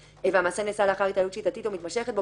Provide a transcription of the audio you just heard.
והמעשה נעשה לאחר התעללות שיטתית או מתמשכת בו,